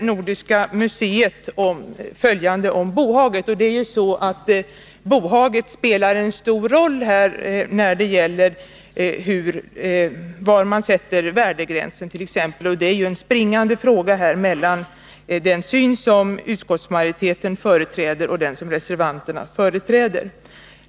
Bohaget spelar ju en stor roll då det t.ex. gäller var man skall sätta värdegränsen — den springande punkten när det gäller skillnaden mellan utskottsmajoritetens och reservanternas syn.